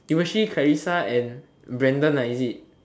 it was she Clarissa and Brandon ah is it